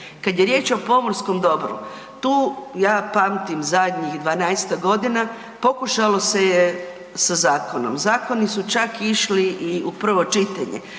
Kad je riječ o pomorskom dobru, tu ja pamtim zadnjih 12-tak godina, pokušalo se je sa zakonom. Zakoni su čak išli i u prvo čitanje,